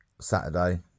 Saturday